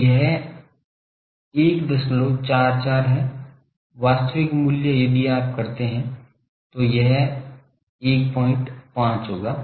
तो यह 144 है वास्तविक मूल्य यदि आप करते हैं तो यह 15 होगा